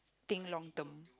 think long term